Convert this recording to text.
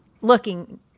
looking